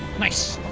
nice